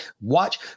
Watch